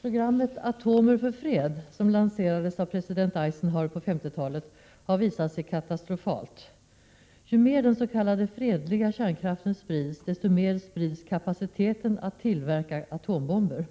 Programmet ”Atomer för fred” , som lanserades av president Eisenhower på 50-talet, har visat sig vara katastrofalt. Ju mer den s.k. fredliga kärnkraften sprids, desto mer sprids kapaciteten att tillverka atombomber.